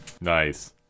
nice